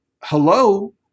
Hello